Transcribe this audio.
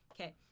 Okay